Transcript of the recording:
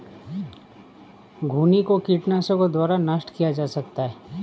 घुनो को कीटनाशकों द्वारा नष्ट किया जा सकता है